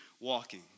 walking